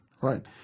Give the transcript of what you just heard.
right